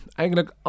eigenlijk